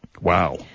Wow